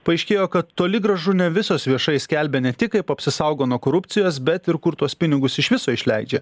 paaiškėjo kad toli gražu ne visos viešai skelbia ne tik kaip apsisaugo nuo korupcijos bet ir kur tuos pinigus iš viso išleidžia